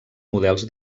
models